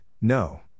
No